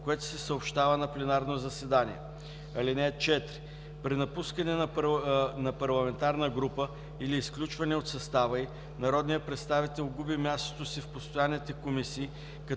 което се съобщава на пленарно заседание. (4) При напускане на парламентарна група или изключване от състава й народният представител губи мястото си в постоянните комисии